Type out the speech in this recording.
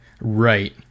Right